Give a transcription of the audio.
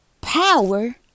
power